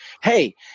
hey